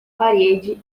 parede